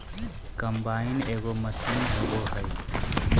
combine एगो machine होबा हइ